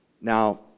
Now